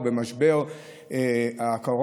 או במשבר הקורונה,